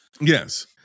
yes